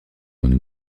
une